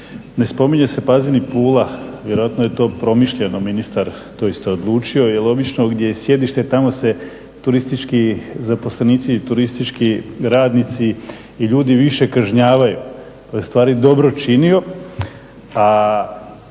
ne spominje se Pazin i Pula. Vjerojatno je to promišljeno ministar to isto odlučio jer logično gdje je sjedište tamo se turistički zaposlenici, turistički radnici i ljudi više kažnjavaju, to je ustvari dobro učinio.